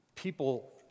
People